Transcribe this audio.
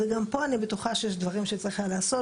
גם פה אני בטוחה שיש דברים שצריך היה לעשות,